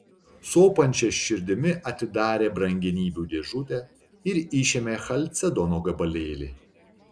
sopančia širdimi atidarė brangenybių dėžutę ir išėmė chalcedono gabalėlį